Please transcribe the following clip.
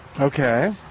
Okay